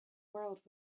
world